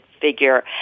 figure